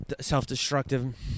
self-destructive